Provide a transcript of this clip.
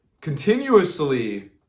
continuously